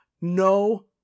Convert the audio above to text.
no